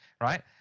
Right